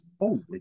Holy